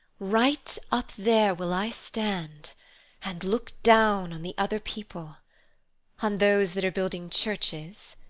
right up there will i stand and look down on the other people on those that are building churches,